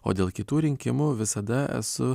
o dėl kitų rinkimų visada esu